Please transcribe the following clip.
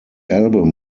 album